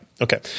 Okay